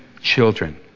children